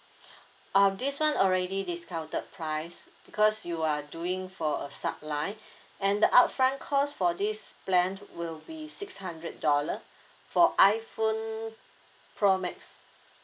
uh this [one] already discounted price because you are doing for a sub line and the upfront cost for this plan will be six hundred dollar for iphone pro max